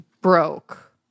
broke